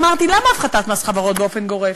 אמרתי: למה הפחתת מס חברות באופן גורף?